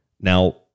Now